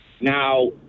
Now